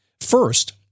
First